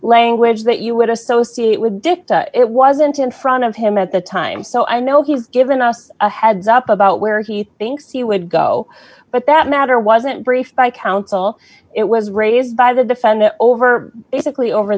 language that you would associate with dicta it wasn't in front of him at the time so i know he's given us a heads up about where he thinks he would go but that matter wasn't briefed by counsel it was raised by the defendant over exactly over